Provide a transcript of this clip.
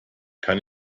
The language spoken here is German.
kann